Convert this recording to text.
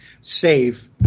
save